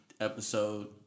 episode